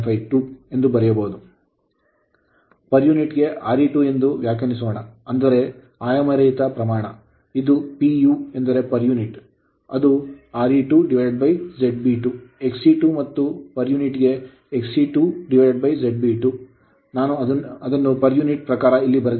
ಇದನ್ನು per unit ಗೆ Re2 ಎಂದು ವ್ಯಾಖ್ಯಾನಿಸೋಣ ಅಂದರೆ ಆಯಾಮರಹಿತ ಪ್ರಮಾಣ ಇಲ್ಲಿ p u ಎಂದರೆ per unit ಅದು Re2ZB2 Xe2 ಮತ್ತು per unit ಗೆ Xe2ZB2 ಮತ್ತು ನಾನು ಅದನ್ನು per unit ಪ್ರಕಾರ ಇಲ್ಲಿ ಬರೆದಿದ್ದೇನೆ